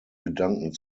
gedanken